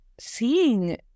seeing